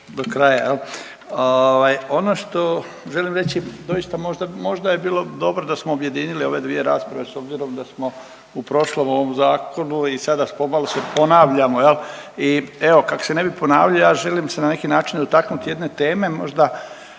do kraja. Ono što želim reći doista možda bi bilo dobro da smo objedinili ove dvije rasprave s obzirom da smo u prošlom ovom zakonu i sada pomalo se ponavljamo i evo kako se ne bih ponavljao ja želim se na neki način dotaknuti jedne teme možda